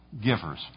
givers